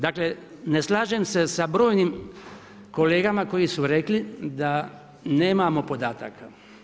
Dakle, ne slažem se sa brojim kolegama koji su rekli da nemamo podataka.